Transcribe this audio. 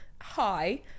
hi